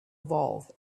evolve